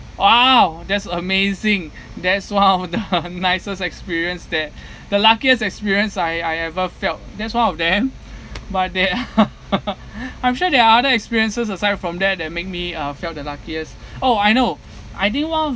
!wow! that's amazing that's one of the nicest experience that the luckiest experience I I ever felt that's one of them but they are I'm sure there are other experiences aside from there that make me uh felt the luckiest oh I know I did one of